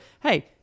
hey